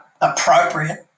appropriate